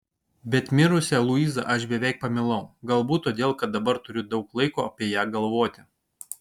bet mirusią luizą aš beveik pamilau galbūt todėl kad dabar turiu daug laiko apie ją galvoti